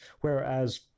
whereas